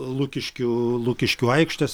lukiškių lukiškių aikštės